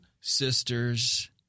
sisters